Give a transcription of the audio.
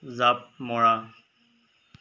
জাঁপ মৰা